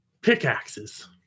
pickaxes